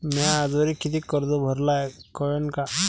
म्या आजवरी कितीक कर्ज भरलं हाय कळन का?